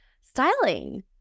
styling